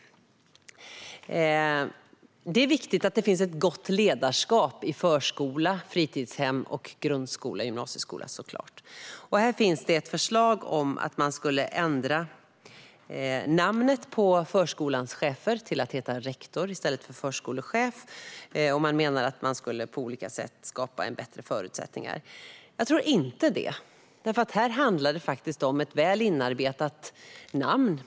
Det är såklart viktigt att det finns ett gott ledarskap i förskola, fritidshem, grundskola och gymnasieskola. Här finns ett förslag om att ändra namnet på förskolans chefer till rektor i stället för förskolechef. Man menar att detta på olika sätt skulle skapa bättre förutsättningar. Jag tror inte det. Här handlar det om ett väl inarbetat namn.